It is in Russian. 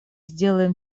сделаем